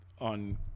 on